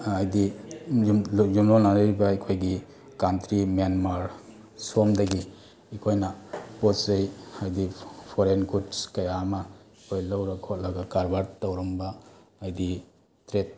ꯍꯥꯏꯗꯤ ꯌꯨꯝꯂꯣꯟꯅꯔꯤꯕ ꯑꯩꯈꯣꯏꯒꯤ ꯀꯟꯇ꯭ꯔꯤ ꯃꯦꯟꯃꯥꯔ ꯁꯣꯝꯗꯒꯤ ꯑꯩꯈꯣꯏꯅ ꯄꯣꯠ ꯆꯩ ꯍꯥꯏꯗꯤ ꯐꯣꯔꯦꯟ ꯒꯨꯠꯁ ꯀꯌꯥ ꯑꯃ ꯑꯩꯈꯣꯏ ꯂꯧꯔ ꯈꯣꯠꯂꯒ ꯀꯔꯕꯥꯔ ꯇꯧꯔꯝꯕ ꯍꯥꯏꯗꯤ ꯇ꯭ꯔꯦꯠ